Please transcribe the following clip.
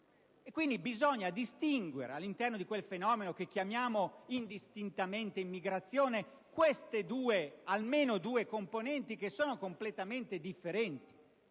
Bisogna distinguere all'interno di quel fenomeno che chiamiamo indistintamente immigrazione almeno queste due componenti, che sono completamente differenti.